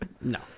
No